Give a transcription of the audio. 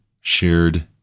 shared